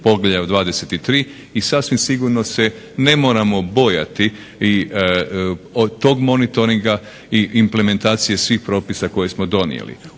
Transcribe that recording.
poglavlja 23. i sasvim sigurno se ne moramo bojati tog monitoringa i implementacije svih propisa koje smo donijeli.